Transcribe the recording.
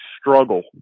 struggle